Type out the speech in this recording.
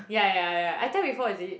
ya ya ya I tell you before is it